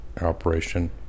operation